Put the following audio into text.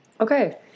Okay